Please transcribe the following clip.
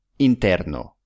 Interno